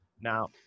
Now